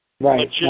right